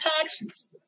taxes